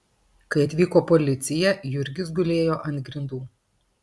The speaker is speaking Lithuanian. kai atvyko policija jurgis gulėjo ant grindų